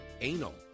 Anal